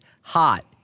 Hot